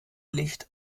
licht